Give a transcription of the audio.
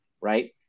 right